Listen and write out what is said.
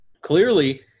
clearly